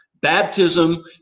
Baptism